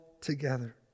together